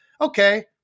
Okay